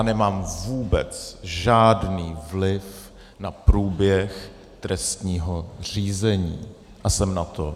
Nemám vůbec žádný vliv na průběh trestního řízení a jsem na to hrdý.